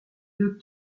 deux